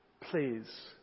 please